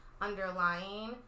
underlying